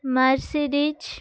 Mercedes